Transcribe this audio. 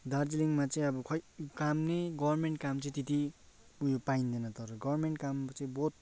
दार्जिलिङमा चाहिँ अब खोइ काम नै गर्मेन्ट काम चाहिँ त्यति उयो पाइँदैन तर गर्मेन्ट काम चाहिँ बहुत